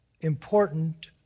important